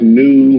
new